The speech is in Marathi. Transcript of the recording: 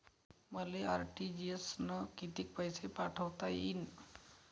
मले आर.टी.जी.एस न कितीक पैसे पाठवता येईन?